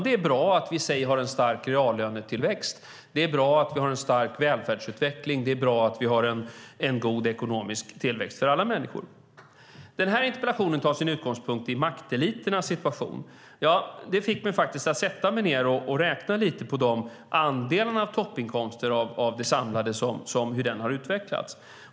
Det är bra att vi har en starkt reallönetillväxt. Det är bra att vi har en stark välfärdsutveckling. Det är bra att vi har en god ekonomisk tillväxt för alla människor. Interpellationen tar sin utgångspunkt i makteliternas situation. Det fick mig att sätta mig ned och räkna lite på hur de samlade andelarna av toppinkomster har utvecklats.